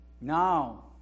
Now